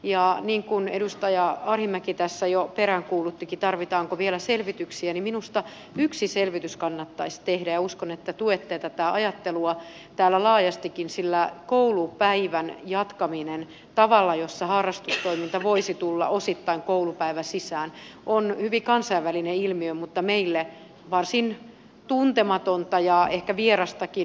ja kun edustaja arhinmäki tässä jo perään kuuluttikin tarvitaanko vielä selvityksiä niin minusta yksi selvitys kannattaisi tehdä ja uskon että tuette tätä ajattelua täällä laajastikin sillä koulupäivän jatkaminen tavalla jossa harrastustoiminta voisi tulla osittain koulupäivän sisään on hyvin kansainvälinen ilmiö mutta meille varsin tuntematonta ja ehkä vierastakin